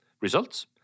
Results